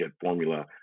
formula